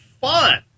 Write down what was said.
fun